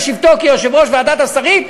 בשבתו כיושב-ראש ועדת השרים,